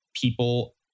people